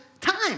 time